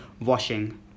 washing